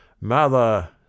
mother